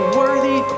worthy